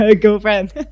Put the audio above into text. Girlfriend